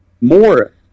more